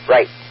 Right